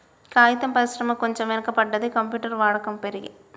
కాగితం పరిశ్రమ కొంచెం వెనక పడ్డది, కంప్యూటర్ వాడకం పెరిగి